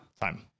Time